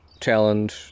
challenge